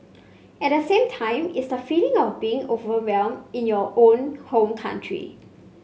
at the same time it's the feeling of being overwhelmed in your own home country